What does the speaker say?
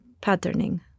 patterning